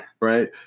Right